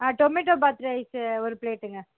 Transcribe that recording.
tomato bath rice ஒரு ப்ளேட்டுங்க